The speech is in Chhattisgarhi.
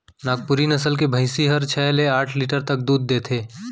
नागपुरी नसल के भईंसी हर छै ले आठ लीटर तक दूद देथे